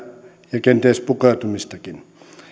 ja kenties pukeutumistakin